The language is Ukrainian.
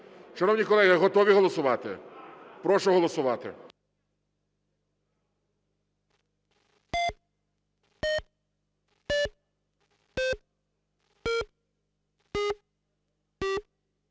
Шановні колеги, готові голосувати? Прошу голосувати.